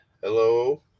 Hello